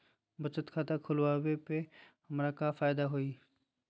बचत खाता खुला वे में हमरा का फायदा हुई?